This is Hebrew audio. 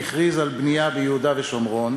והכריז על בנייה ביהודה ושומרון.